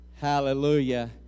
Hallelujah